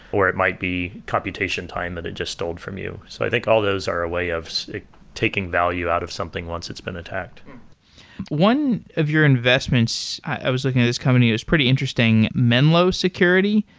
or it might be computation time that it just stole from you. so i think all those are a way of taking value out of something once it's been attacked one of your investments i was looking at this company. it was pretty interesting. menlo security.